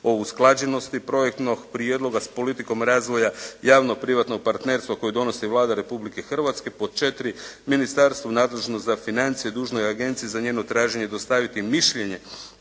o usklađenosti projektnog prijedloga s politikom razvoja javn-privatnog partnerstvo koje donosi Vlada Republike Hrvatske, pod četiri, ministarstvo nadležno za financije dužno je agenciji za njeno traženje dostaviti mišljenje